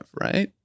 right